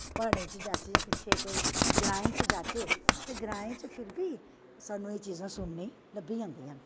प्हाड़ें च जाच्चे जां पिच्चें कोई ग्राएं च जाच्चे ते ग्राएं च फिर बी सानूं एह् चीज़ां सुननें गी लब्भी जंदियां न